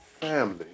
family